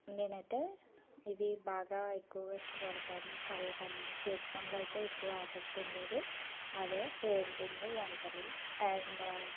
నేనైతే ఇవి బాగా ఎక్కువగా ఇష్టపడతాను కలలుకని చేతి పనులు అయితే ఎక్కువ ఆసక్తి ఉండేది అవే పెయింటింగు వంటలు అండ్